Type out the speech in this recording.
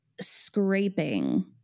scraping